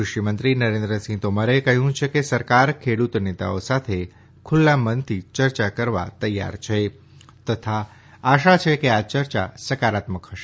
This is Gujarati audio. ક્રષિમંત્રી નરેન્દ્રસિંહ તોમરે કહ્યું છે કે સરકાર ખેડૂત નેતાઓ સાથે ખુલ્લા મનથી ચર્ચા કરવા તૈયાર છે તથા આશા છે કે આ ચર્ચા સકારાત્મક હશે